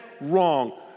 wrong